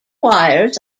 wires